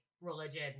religion